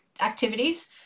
activities